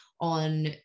on